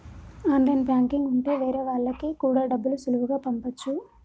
online banking ఉంటె వేరే వాళ్ళకి కూడా డబ్బులు సులువుగా పంపచ్చు